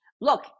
Look